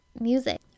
Music